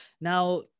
Now